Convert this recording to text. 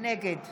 נגד